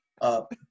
up